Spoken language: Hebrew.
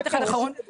אני